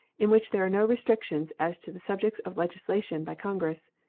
in which there are no restrictions as to the subjects of legislation by congress.